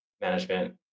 management